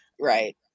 right